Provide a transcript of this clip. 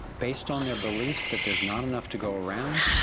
based on their beliefs, that there's not enough to go around,